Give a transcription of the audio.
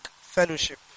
fellowship